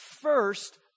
first